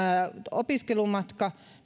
opiskelumatka